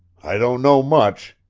i don't know much,